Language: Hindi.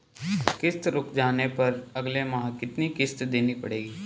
किश्त रुक जाने पर अगले माह कितनी किश्त देनी पड़ेगी?